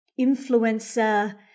influencer